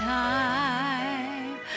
time